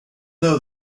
though